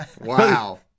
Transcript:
Wow